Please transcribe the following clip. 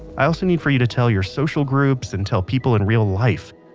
i also need for you to tell your social groups, and tell people in real life.